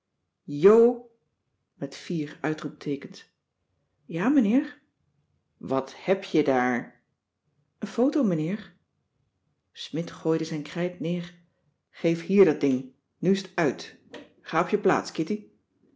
jo met vier uitroepteekens ja meneer wat heb je daar n foto meneer smidt gooide zijn krijt neer geef hier dat ding nu is t uit ga op je plaats